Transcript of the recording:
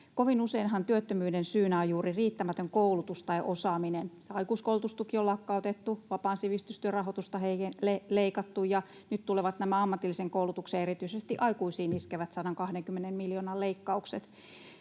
Kovin useinhan työttömyyden syynä on juuri riittämätön koulutus tai osaaminen. Aikuiskoulutustuki on lakkautettu, vapaan sivistystyön rahoitusta leikattu, ja nyt tulevat nämä ammatillisen koulutuksen erityisesti aikuisiin iskevät 120 miljoonan leikkaukset.